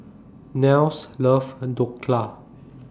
Nels Love and Dhokla